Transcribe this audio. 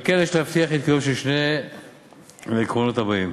על כן, יש להבטיח את קיומם של שני העקרונות הבאים: